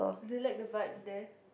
do you like the vibe there